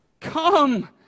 Come